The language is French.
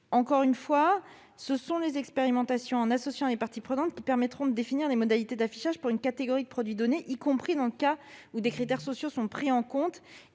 Encore une fois, ce sont les expérimentations, auxquelles seront associées les parties prenantes, qui permettront de définir les modalités d'affichage pour une catégorie de produits donnés, y compris dans le cas où des critères sociaux sont pris en compte.